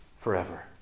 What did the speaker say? forever